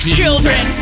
children